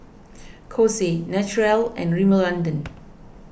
Kose Naturel and Rimmel London